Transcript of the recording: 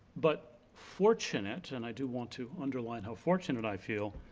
but fortunate, and i do want to underline how fortunate i feel,